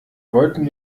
wollten